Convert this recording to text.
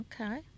Okay